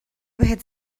بهت